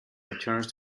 returns